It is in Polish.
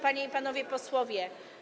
Panie i Panowie Posłowie!